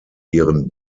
ihren